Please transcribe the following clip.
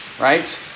Right